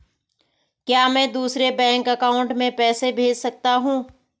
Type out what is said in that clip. क्या मैं दूसरे बैंक अकाउंट में पैसे भेज सकता हूँ?